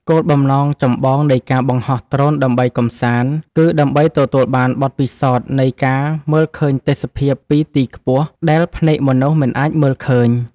គោលបំណងចម្បងនៃការបង្ហោះដ្រូនដើម្បីកម្សាន្ត គឺដើម្បីទទួលបានបទពិសោធន៍នៃការមើលឃើញទេសភាពពីទីខ្ពស់ដែលភ្នែកមនុស្សមិនអាចមើលឃើញ។